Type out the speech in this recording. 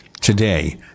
today